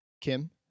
Kim